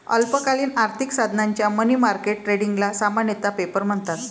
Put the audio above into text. अल्पकालीन आर्थिक साधनांच्या मनी मार्केट ट्रेडिंगला सामान्यतः पेपर म्हणतात